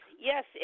Yes